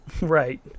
Right